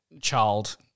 child